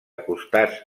costats